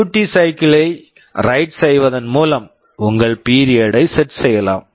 duty cycle duty cycle யை write write செய்வதன் மூலம் உங்கள் பீரியட் period ஐ செட் set செய்யலாம்